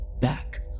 back